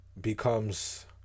becomes